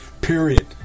period